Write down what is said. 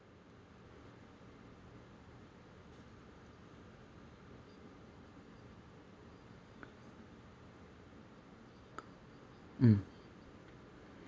mm